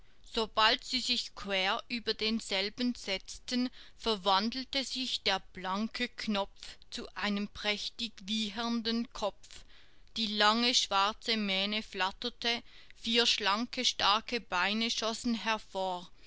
sobald sie sich quer über denselben setzten verwandelte sich der blanke knopf zu einem prächtig wiehernden kopf die lange schwarze mähne flatterte vier schlanke starke beine schossen hervor